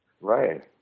Right